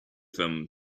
them